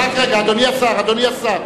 אדוני השר,